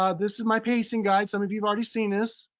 ah this is my pacing guide, some of you've already seen this,